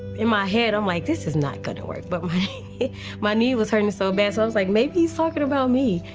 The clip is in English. in my head, i'm like this is not going to work. but my my knee was hurting so bad, so i was, like, maybe he is talking about me.